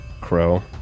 crow